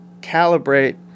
calibrate